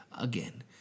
again